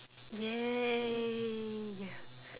!yay!